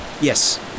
Yes